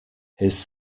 his